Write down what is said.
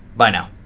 bye now.